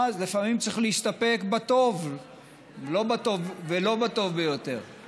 אז לפעמים צריך להסתפק בטוב ולא בטוב ביותר.